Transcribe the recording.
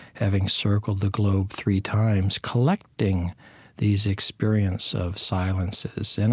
having circled the globe three times collecting these experiences of silences. and